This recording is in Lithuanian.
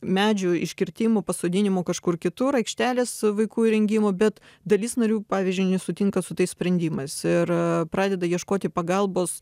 medžių iškirtimų pasodinimų kažkur kitur aikštelės vaikų įrengimo bet dalis narių pavyzdžiui nesutinka su tais sprendimais ir pradeda ieškoti pagalbos